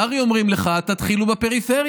הר"י אומרים לך: תתחילו בפריפריה.